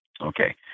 Okay